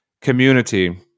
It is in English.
community